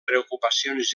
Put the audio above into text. preocupacions